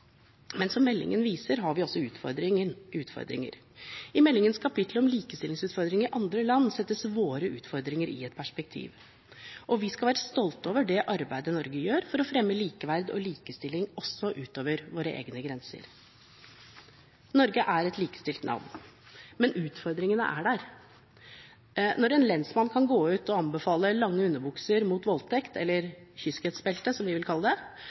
men som meldingen viser, har vi også utfordringer. I meldingens kapittel om likestillingsutfordringer i andre land settes våre utfordringer i perspektiv. Vi skal være stolte over det arbeidet Norge gjør for å fremme likeverd og likestilling også utover våre egne grenser. Norge er et likestilt land, men utfordringene er der. Når en lensmann kan gå ut og anbefale lange underbukser – eller kyskhetsbelte, som vi vil kalle det